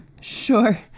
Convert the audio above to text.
Sure